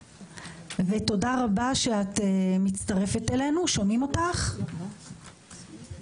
עקב תקלה טכנית איינו מצליחים לשמוע אותה אך נשמע אותה בדיון הבא.